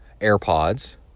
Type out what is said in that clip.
AirPods